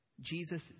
Jesus